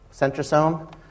centrosome